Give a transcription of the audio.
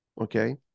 Okay